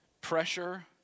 pressure